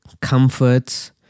comforts